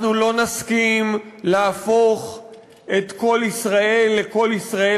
אנחנו לא נסכים להפוך את "קול ישראל" ל"קול ישראל